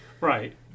Right